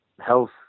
health